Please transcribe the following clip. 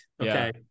Okay